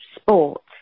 sports